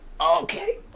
Okay